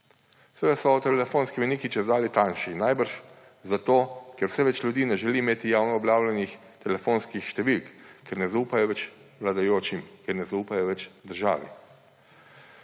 seveda so telefonski imeniki čedalje tanjši. Verjetno zato, ker vse več ljudi ne želi imeti javno objavljenih telefonskih številk, ker ne zaupajo več vladajočim in ne zaupajo več državi.